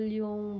yung